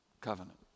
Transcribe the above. covenant